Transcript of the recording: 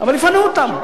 אבל יפנו אותם.